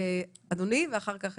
רכז